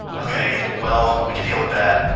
ok, well, we can deal with that,